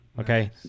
Okay